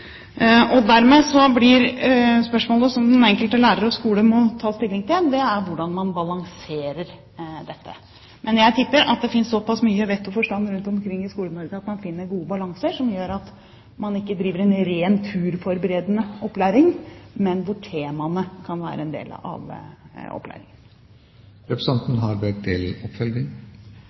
Dermed blir spørsmålet som den enkelte lærer og skole må ta stilling til: Hvordan balanserer man det? Men jeg tipper at det finnes såpass mye vett og forstand rundt omkring i Skole-Norge at man finner gode balanser som gjør at man ikke driver en rent turforberedende opplæring, men at temaene kan være en del av